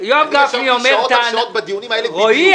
יואב גפני אומר כאן -- ימים ושעות על שעות בדיונים האלה -- רועי,